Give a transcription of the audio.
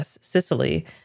Sicily